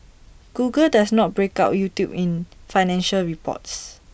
Google does not break out YouTube in financial reports